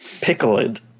pickled